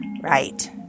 Right